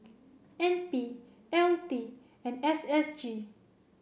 N P L T and S S G